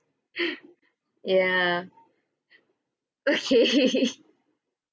ya okay